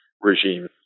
regime